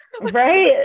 Right